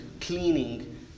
cleaning